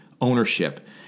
ownership